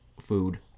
food